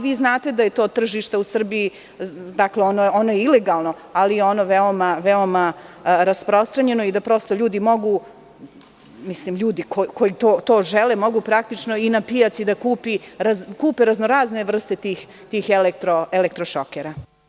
Vi znate da je to tržište u Srbiji, ono je ilegalno, ali je ono veoma rasprostranjeno i da prosto ljudi mogu, ljudi koji to žele, mogu praktično i na pijaci da kupe raznorazne vrste tih elektrošokera.